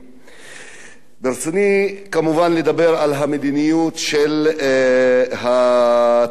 ברצוני כמובן לדבר על המדיניות של התקציב, שפתאום